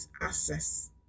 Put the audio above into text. access